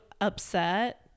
upset